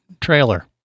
trailer